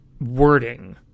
wording